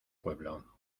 pueblo